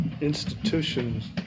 institutions